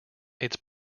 its